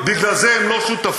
בגלל זה הם לא שותפים,